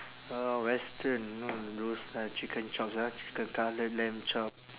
orh western you know those uh chicken chops ah chicken cutlet lamb chop